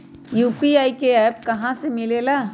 UPI का app कहा से मिलेला?